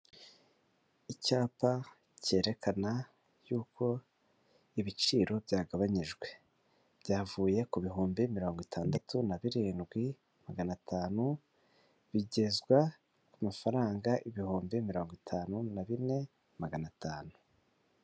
Icyapa cyerekana y'uko ibiciro byagabanyijwe byavuye ku bihumbi mirongo itandatu na birindwi magana atanu, bigezwa ku mafaranga ibihumbi mirongo itanu na bine magana atanu.